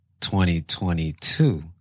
2022